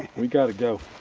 we gotta go.